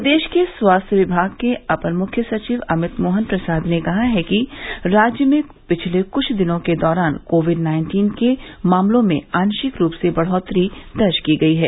प्रदेश के स्वास्थ्य विभाग के अपर मुख्य सचिव अमित मोहन प्रसाद ने कहा है कि राज्य में पिछले कुछ दिनों के दौरान कोविड नाइन्टीन के मामलों में आशिक रूप से बढ़ोत्तरी दर्ज की गयी है